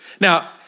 Now